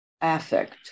affect